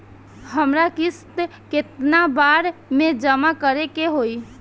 हमरा किस्त केतना बार में जमा करे के होई?